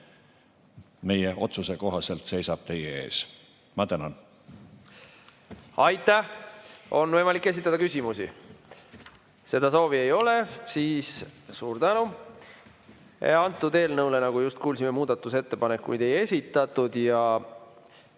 meie otsuse kohaselt seisab teie ees. Ma tänan. Aitäh! On võimalik esitada küsimusi. Seda soovi ei ole. Suur tänu! Eelnõu kohta, nagu just kuulsime, muudatusettepanekuid ei esitatud.